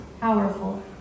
powerful